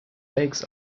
legs